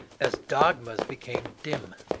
as dogmas became dim,